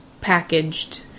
packaged